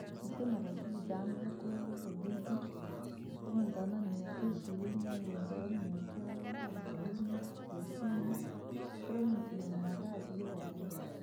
Natiile marafiki jaani vakuula vadudi, wingi ntane na miaka ishirini, wingi ane namiaka arobaini, selasini, kira muntu na miaka yaache javeiri.